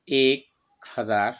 एक हजार